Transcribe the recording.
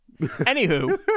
anywho